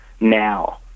Now